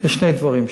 זה שני דברים שונים,